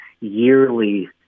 yearly